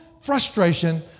frustration